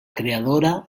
creadora